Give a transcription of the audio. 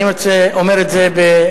אני אומר את זה מתוך,